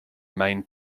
main